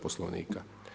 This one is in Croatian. Poslovnika.